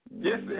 Yes